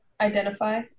identify